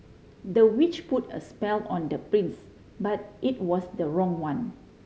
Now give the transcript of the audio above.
the witch put a spell on the prince but it was the wrong one